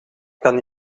kan